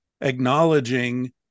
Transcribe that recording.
acknowledging